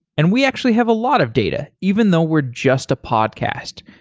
and we actually have a lot of data even though we're just a podcast.